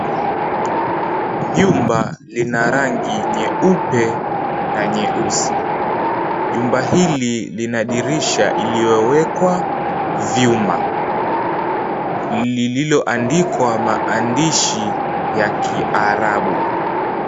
Jumba lina rangi nyeupe na nyeusi. Jumba hili lina dirisha iliyowekwa vyuma, lililoandikwa maandishi ya Kiarabu.